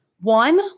One